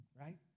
right